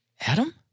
Adam